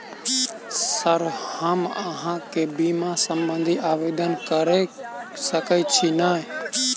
Sir हम अहाँ केँ बीमा संबधी आवेदन कैर सकै छी नै?